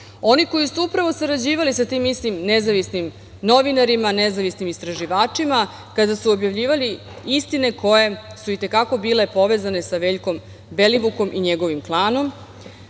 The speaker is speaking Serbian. Oni koji su upravo sarađivali sa tim istim nezavisnim novinarima, nezavisnim istraživačima kada su objavljivali istine koje su i te kako bile povezane sa Veljkom Belivukom i njegovim klanom.